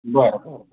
बरं हो